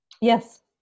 Yes